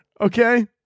Okay